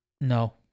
No